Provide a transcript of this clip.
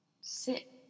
Sit